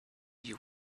you